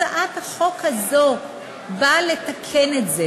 הצעת החוק הזאת באה לתקן את זה.